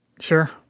sure